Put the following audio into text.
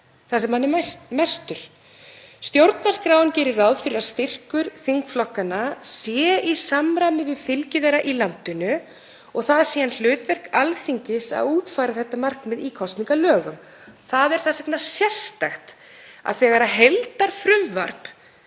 þar sem hann er mestur. Stjórnarskráin gerir ráð fyrir að styrkur þingflokka sé í samræmi við fylgi þeirra í landinu og það er síðan hlutverk Alþingis að útfæra þetta markmið í kosningalögum. Það er þess vegna sérstakt að þegar heildarfrumvarp